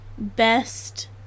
best